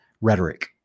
rhetoric